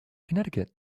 connecticut